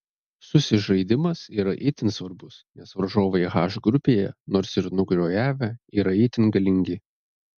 susižaidimas yra itin svarbus nes varžovai h grupėje nors ir nukraujavę yra itin galingi